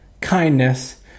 kindness